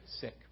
sick